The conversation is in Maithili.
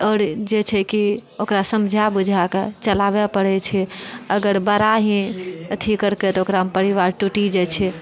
आओर जे छै कि ओकरा समझा बुझा कऽ चलाबय पड़ैत छै अगर बड़ा ही अथी करतै तऽ ओकरा परिवार टूटि जाइत छै